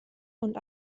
und